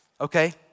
okay